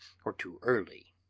or too early.